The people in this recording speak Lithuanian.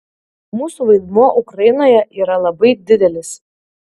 mūsų vaidmuo ukrainoje yra labai didelis